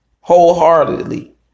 wholeheartedly